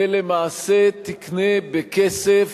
ולמעשה תקנה בכסף